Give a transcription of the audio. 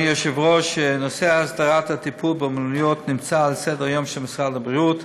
נושא הסדרת הטיפול באומנויות נמצא על סדר-היום של משרד הבריאות.